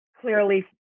clearly